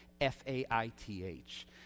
F-A-I-T-H